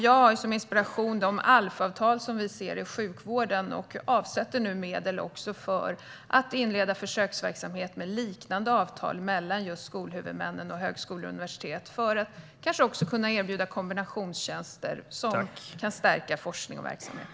Jag har som inspiration de ALF-avtal vi ser i sjukvården och avsätter medel för att inleda försöksverksamhet med liknande avtal mellan skolhuvudmän och högskolor och universitet för att kanske också kunna erbjuda kombinationstjänster som kan stärka forskning och verksamhet.